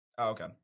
Okay